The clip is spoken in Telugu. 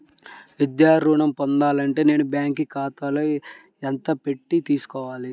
విద్యా ఋణం పొందాలి అంటే నేను బ్యాంకు ఖాతాలో ఎంత పెట్టి తీసుకోవాలి?